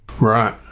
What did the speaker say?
Right